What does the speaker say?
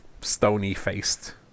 stony-faced